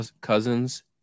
cousins